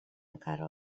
encara